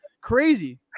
Crazy